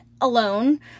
alone